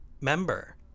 member